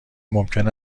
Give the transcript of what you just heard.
ممکن